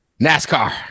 NASCAR